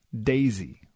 daisy